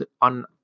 on